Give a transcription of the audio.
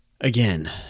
again